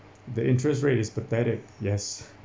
the interest rate is pathetic yes